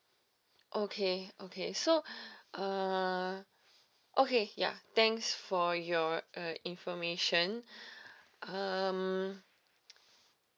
okay okay so uh okay ya thanks for your uh information um